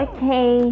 Okay